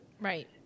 Right